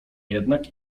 jednak